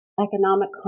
economic